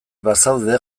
bazaude